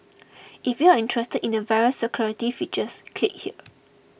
if you're interested in the various security features click here